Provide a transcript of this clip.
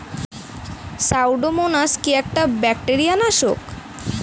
Pseudomonas কি একটা bacteria নাশক?